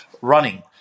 running